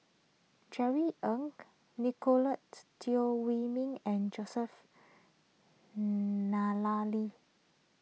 Jerry Ng Nicolette Teo Wei Min and Joseph